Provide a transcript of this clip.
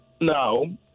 No